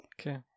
Okay